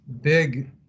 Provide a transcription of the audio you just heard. big